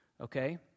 Okay